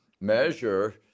measure